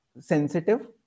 sensitive